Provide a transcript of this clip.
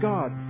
God